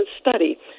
study